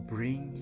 Bring